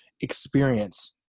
experience